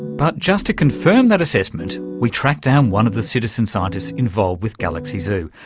but just to confirm that assessment we tracked down one of the citizen scientists involved with galaxy zoo.